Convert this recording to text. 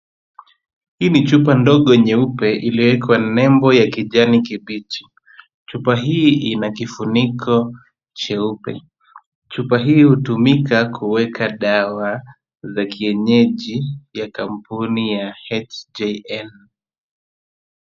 Hii ni chupa ndogo nyeupe iliyowekwa nembo ya kijani kibichi. Chupa hii ina kifuniko cheupe. Chupa hii hutumika kuweka dawa za kienyeji za kampuni ya HJN.